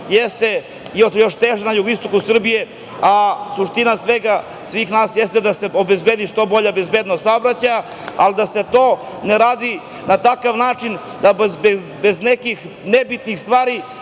jeste još teža na jugoistoku Srbije, a suština svega, svih nas, jeste da se obezbedi što bolja bezbednost saobraćaja, ali da se to ne radi na takav način da bez nekih nebitnih stvari